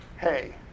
Hey